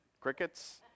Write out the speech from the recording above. crickets